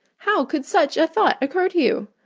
how could such a thought occur to you?